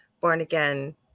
born-again